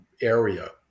area